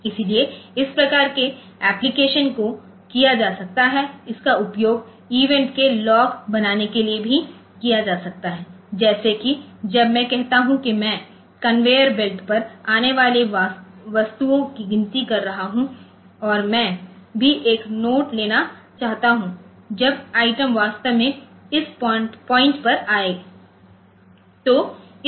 इसलिए इस प्रकार के एप्लिकेशन को किया जा सकता है इसका उपयोग इवेंट के लॉग बनाने के लिए भी किया जा सकता है जैसे कि जब मैं कहता हूं कि मैं कन्वेयर बेल्ट पर आने वाली वस्तुओं की गिनती कर रहा हूं और मैं भी एक नोट लेना चाहता हूं जब आइटम वास्तव में इस पॉइंटपर आए